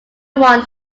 one